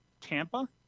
Tampa